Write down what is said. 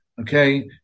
okay